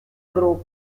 grupo